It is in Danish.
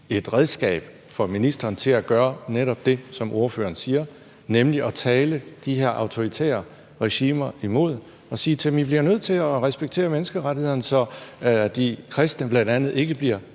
et redskab til at gøre netop det, som ordføreren siger, nemlig at tale de her autoritære regimer imod og sige til dem: I bliver nødt til at respektere menneskerettighederne, så de kristne bl.a. ikke bliver